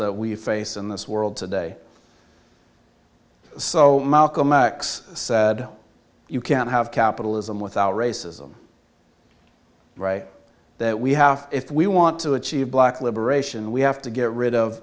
that we face in this world today so malcolm x said you can't have capitalism without racism right that we have if we want to achieve black liberation we have to get rid of